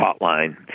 Hotline